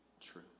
true